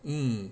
mm